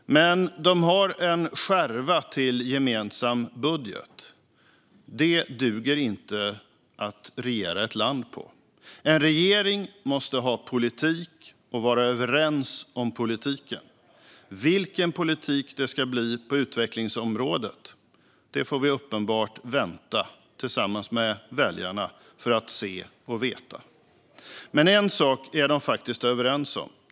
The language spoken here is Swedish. Men de har en skärva till gemensam budget. Det duger inte för att regera ett land på. En regering måste ha politik och vara överens om politiken. Vilken politik det ska bli på utvecklingsområdet får vi och väljarna uppenbarligen vänta på att få se och veta. En sak är de faktiskt överens om.